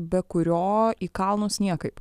be kurio į kalnus niekaip